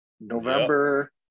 November